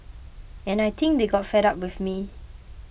and I think they got fed up with me